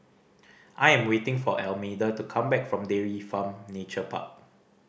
I am waiting for Almeda to come back from Dairy Farm Nature Park